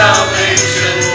Salvation